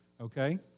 okay